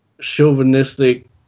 chauvinistic